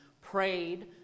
prayed